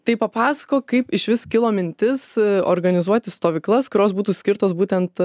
tai papasakok kaip išvis kilo mintis organizuoti stovyklas kurios būtų skirtos būtent